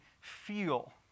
feel